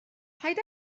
paid